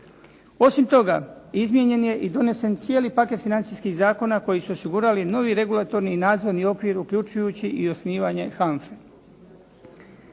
Osim toga, izmijenjen je i donesen cijeli paket financijskih zakona koji su osigurali novi regulatorni i nadzorni okvir uključujući i osnivanje HANFA-e.